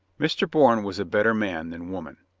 mr. bourne was a better man than woman.